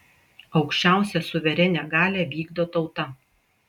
aukščiausią suverenią galią vykdo tauta